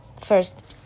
First